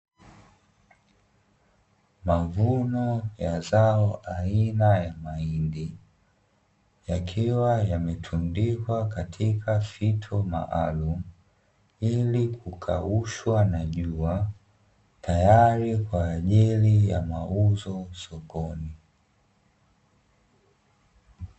Mavuno ya zao aina ya mahindi yakiwa yametundikwa katika fito maalumu ili kukaaushwa na jua tayari kwa ajiri ya mauzo sokoni.